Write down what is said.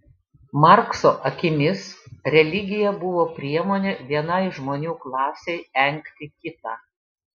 markso akimis religija buvo priemonė vienai žmonių klasei engti kitą